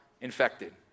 infected